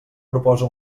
proposa